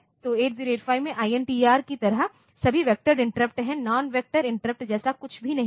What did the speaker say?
तो 8085 में INTR की तरह सभी वेक्टोरेड इंटरप्ट है नॉन वेक्टर इंटरप्ट जैसा कुछ भी नहीं है